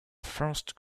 first